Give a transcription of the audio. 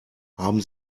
haben